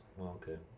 Okay